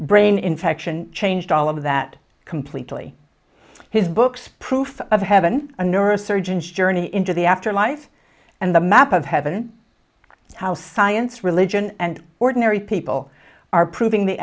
brain infection changed all of that completely his books proof of heaven and neurosurgeons journey into the afterlife and the map of heaven how science religion and ordinary people are proving the